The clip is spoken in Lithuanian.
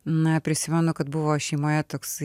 na prisimenu kad buvo šeimoje toksai